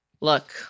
Look